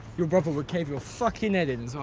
your brother would cave your fucking head in, so